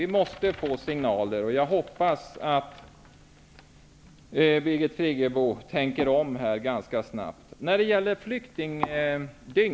Vi måste få signaler. Jag hoppas att Birgit Friggebo ganska snabbt tänker om.